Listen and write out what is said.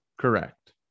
Correct